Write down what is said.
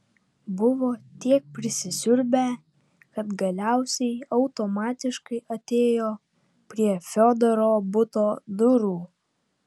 buvo tiek prisisiurbę kad galiausiai automatiškai atėjo prie fiodoro buto durų